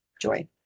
joy